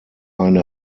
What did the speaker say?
eine